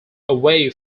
away